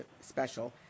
special